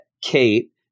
Kate